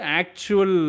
actual